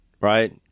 right